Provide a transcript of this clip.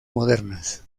modernas